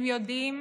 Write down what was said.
הם יודעים